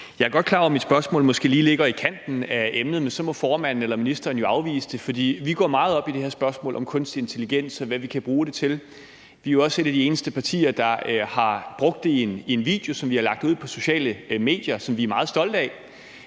Jeg er godt klar over, at mit spørgsmål måske ligger i kanten af emnet, men så må formanden eller ministeren jo afvise det, for vi går meget op i det her spørgsmål om kunstig intelligens, og hvad vi kan bruge det til. Vi er jo også et af de eneste partier, der har brugt det i en video, som vi har lagt ud på sociale medier, og vi er meget stolte af,